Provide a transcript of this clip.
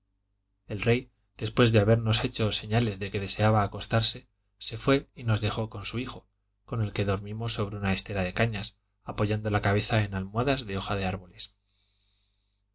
el rey después de habernos hecho señales de que deseaba acostarse se fué y nos dejó con su hijo con el que dormimos sobre una estera de cañas apoyando la cabeza en almohadas de hojas de árboles